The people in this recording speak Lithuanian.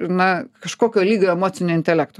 na kažkokio lygio emociniu intelektu